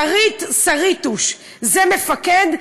שרית שריתוש: זה מפקד?